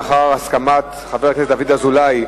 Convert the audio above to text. לאחר הסכמת חבר הכנסת דוד אזולאי,